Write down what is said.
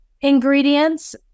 ingredients